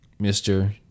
Mr